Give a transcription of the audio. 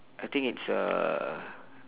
I think it's a